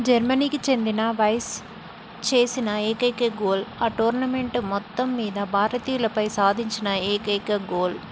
జర్మనీకి చెందిన వైస్ చేసిన ఏకైక గోల్ ఆ టోర్నమెంట్ మొత్తం మీద భారతీయులపై సాధించిన ఏకైక గోల్